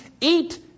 eat